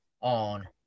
on